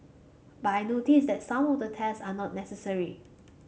but I notice that some of the tests are not necessary